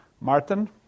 Martin